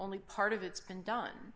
only part of it's been done